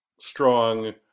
strong